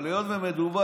אבל היות שמדובר